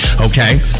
okay